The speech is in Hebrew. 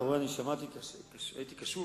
הייתי קשוב